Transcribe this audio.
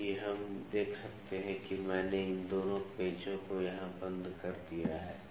इसलिए हम देख सकते हैं कि मैंने इन दोनों पेंचों को यहाँ बंद कर दिया है